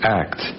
act